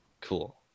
Cool